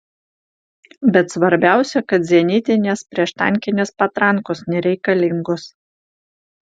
bet svarbiausia kad zenitinės prieštankinės patrankos nereikalingos